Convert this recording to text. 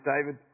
David